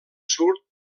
sud